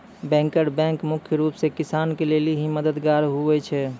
banker bank मुख्य रूप से किसान के लेली भी मददगार हुवै छै